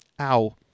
ow